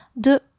de